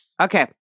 Okay